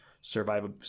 survival